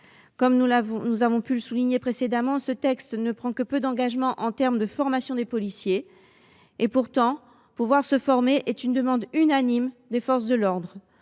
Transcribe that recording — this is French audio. Comme nous avons pu le souligner précédemment, ce texte ne prend que peu d’engagements en termes de formation des policiers. Pourtant, pouvoir se former est une demande unanime des forces de l’ordre.